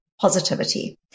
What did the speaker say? positivity